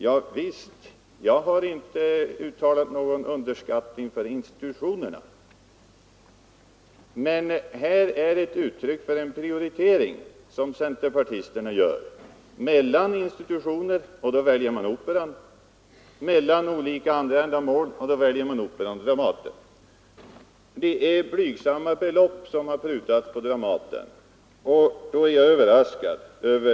Javisst, jag har inte uttalat någon underskattning av institutionerna. Men centerpartisterna gör en prioritering mellan institutionernas verksamhet och andra ändamål, och då väljer man Operan och Dramaten. Prutningen i förhållande till av Dramaten äskat belopp är blygsam.